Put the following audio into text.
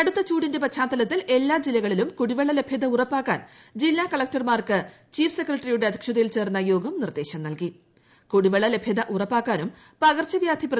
കടുത്ത ചൂടിന്റെ പശ്ചാത്തലത്തിൽ എല്ലാ ജില്ലകളിലും കുടിവെള്ള ലഭൃത ഉറപ്പാക്കാൻ ജില്ലാ കളക്ടർമാർക്ക് ചീഫ് സെക്രട്ടറിയുടെ അധ്യക്ഷതയിൽ ചേർന്ന യോഗം നിർദ്ദേശം കുടിവെള്ള ലഭൃത ഉറപ്പാക്കാനും പകർച്ചവൃാധി നൽകി